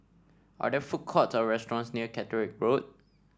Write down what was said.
are there food court or restaurants near Catterick Road